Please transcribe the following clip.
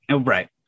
Right